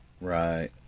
right